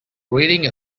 reading